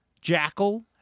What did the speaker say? jackal